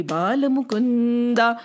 Balamukunda